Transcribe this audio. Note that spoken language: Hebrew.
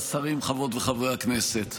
השרים, חברות וחברי הכנסת,